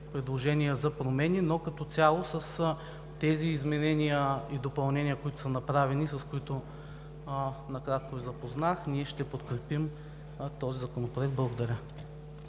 предложения за промени, но като цяло с тези направени изменения и допълнения, с които накратко Ви запознах, ние ще подкрепим този Законопроект. Благодаря.